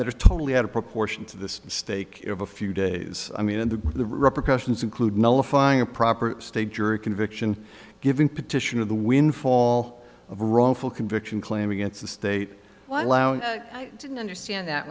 that are totally out of proportion to the stake of a few days i mean in the repercussions include nullifying a proper state jury conviction given petition of the windfall of wrongful conviction claim against the state well i didn't understand that